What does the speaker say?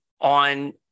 on